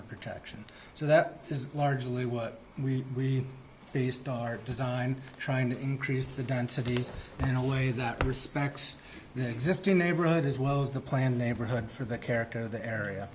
of protection so that is largely what we start design trying to increase the densities in a way that respects the existing neighborhood as well as the planned neighborhood for the character of the area